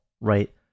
right